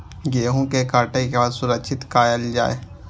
गेहूँ के काटे के बाद सुरक्षित कायल जाय?